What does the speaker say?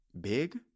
big